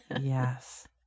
Yes